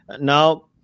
Now